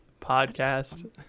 podcast